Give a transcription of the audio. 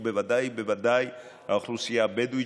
ובוודאי בוודאי האוכלוסייה הבדואית,